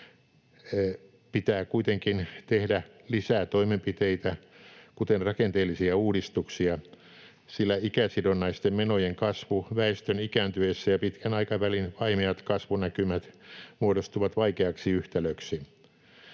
pitää kuitenkin tehdä lisää toimenpiteitä, kuten rakenteellisia uudistuksia, sillä ikäsidonnaisten menojen kasvu väestön ikääntyessä ja pitkän aikavälin vaimeat kasvunäkymät muodostuvat vaikeaksi yhtälöksi.